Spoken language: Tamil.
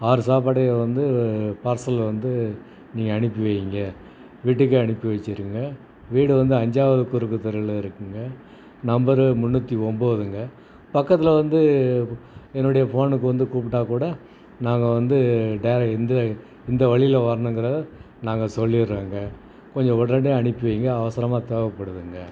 ஆறு சாப்பாடு வந்து பார்சல் வந்து நீங்கள் அனுப்பி வைங்க வீட்டுக்கு அனுப்பி வச்சுருங்க வீடு வந்து அஞ்சாவது குறுக்கு தெருவில் இருக்குங்க நம்பரு முன்னூற்றி ஒம்போதுங்க பக்கத்தில் வந்து என்னுடைய ஃபோனுக்கு வந்து கூப்பிட்டா கூட நாங்கள் வந்து டேர இந்து இந்த வழியில் வரணுங்குறதை நாங்கள் சொல்லிவிட்றோங்க கொஞ்சம் உடனே அனுப்பி வைங்க அவசரமாக தேவைப்படுதுங்க